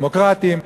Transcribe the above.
דמוקרטים,